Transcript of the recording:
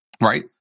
Right